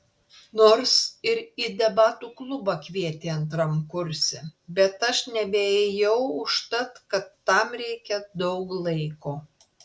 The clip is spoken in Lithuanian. nors ir į debatų klubą kvietė antram kurse bet aš nebeėjau užtat kad tam reikia daug laiko